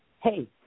hey